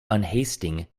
unhasting